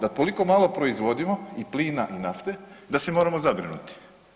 Da koliko malo proizvodimo, i plina i nafte, da se moramo zabrinuti.